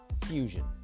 fusion